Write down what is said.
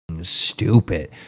stupid